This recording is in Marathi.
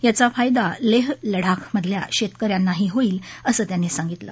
याचा फायदा लेह लडाखमधल्या शेतक यांनाही होईल असं त्यांनी सांगितलं